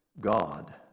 God